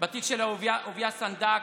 בתיק של אהוביה סנדק,